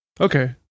Okay